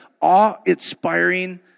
awe-inspiring